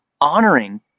honoring